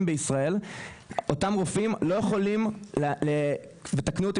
בישראל אותם רופאים לא יכולים ותקנו אותי,